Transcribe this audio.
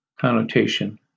connotation